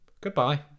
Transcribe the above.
goodbye